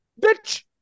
Bitch